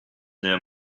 near